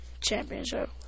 championship